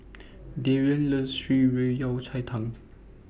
Darryn loves Shan Rui Yao Cai Tang